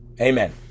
Amen